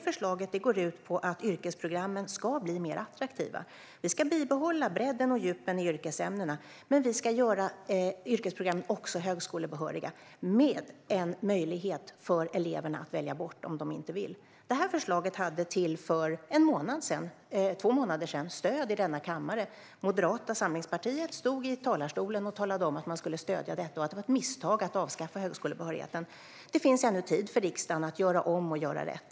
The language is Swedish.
Förslaget går ut på att yrkesprogrammen ska bli mer attraktiva. Man ska bibehålla bredden och djupen i yrkesämnena, men yrkesprogrammen ska också ge högskolebehörighet med en möjlighet för eleverna att välja bort det, om de inte vill ha det. Det här förslaget hade till för två månader sedan stöd i denna kammare. Från Moderata samlingspartiet stod man i talarstolen och sa att man skulle stödja detta och att det var ett misstag att avskaffa högskolebehörigheten. Det finns ännu tid för riksdagen att göra om och göra rätt.